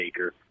acre